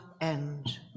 end